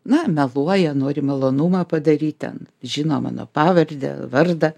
na meluoja nori malonumą padaryt ten žino mano pavardę vardą